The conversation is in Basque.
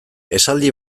esaldi